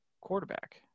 quarterback